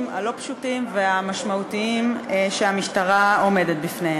הלא-פשוטים והמשמעותיים שהמשטרה עומדת בפניהם.